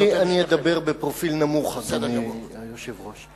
אני אדבר בפרופיל נמוך, אדוני היושב-ראש.